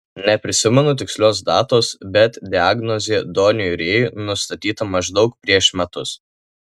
neprisimenu tikslios datos bet diagnozė doniui rėjui nustatyta maždaug prieš metus